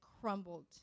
crumbled